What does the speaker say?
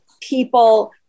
people